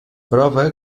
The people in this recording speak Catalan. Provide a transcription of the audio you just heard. prova